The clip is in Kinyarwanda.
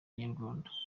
inyarwanda